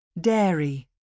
Dairy